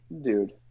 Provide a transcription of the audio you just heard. dude